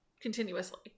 continuously